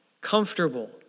comfortable